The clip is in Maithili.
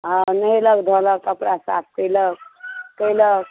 हँ नहेलक धोलक कपड़ा साफ कयलक कयलक